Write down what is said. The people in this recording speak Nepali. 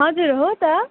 हजुर हो त